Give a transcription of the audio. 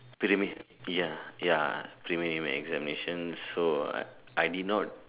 prelimi ya ya preliminary examinations so I I did not